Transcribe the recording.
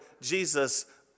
Jesus